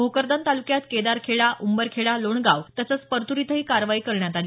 भोकरदन तालुक्यात केदारखेडा उंबरखेडा लोणगाव तसंच परतूर इथं ही कारवाई करण्यात आली